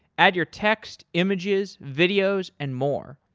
add your text, images, videos and more.